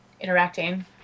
interacting